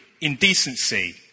indecency